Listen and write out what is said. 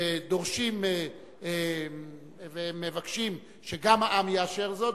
ודורשים ומבקשים שגם העם יאשר זאת,